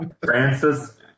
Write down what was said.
Francis